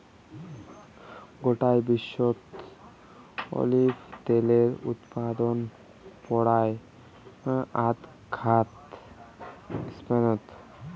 গোটায় বিশ্বত অলিভ ত্যালের উৎপাদন পরায় আধঘান স্পেনত